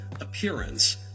appearance